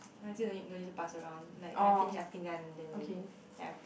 I think don't need don't need to pass around like I finish asking then you